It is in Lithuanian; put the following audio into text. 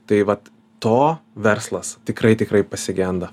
tai vat to verslas tikrai tikrai pasigenda